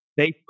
Facebook